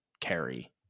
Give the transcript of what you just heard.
carry